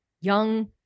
young